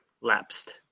Lapsed